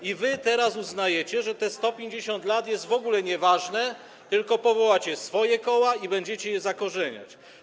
I teraz uznajecie, że te 150 lat jest w ogóle nieważne, tylko powołacie swoje koła i będziecie je zakorzeniać.